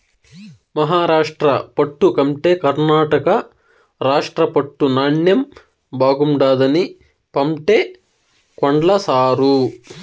మహారాష్ట్ర పట్టు కంటే కర్ణాటక రాష్ట్ర పట్టు నాణ్ణెం బాగుండాదని పంటే కొన్ల సారూ